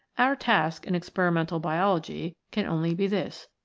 our task in experimental biology can only be this,